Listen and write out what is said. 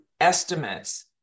estimates